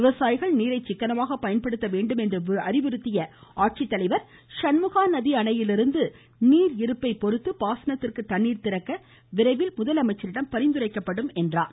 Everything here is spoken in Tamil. விவசாயிகள் நீரை சிக்கனமாக பயன்படுத்த வேண்டும் என்று அறிவுறுத்திய அவர் ஷண்முகா நதி அணையிலிருந்து நீர் இருப்பை பொறுத்து பாசனத்திற்கு தண்ணீர் திறக்க விரைவில் முதலமைச்சரிடம் பரிந்துரைக்கப்படும் என்றார்